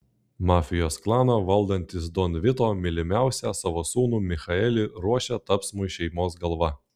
mafijos klaną valdantis don vito mylimiausią savo sūnų michaelį ruošia tapsmui šeimos galva